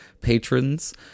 patrons